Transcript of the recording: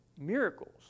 miracles